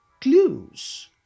clues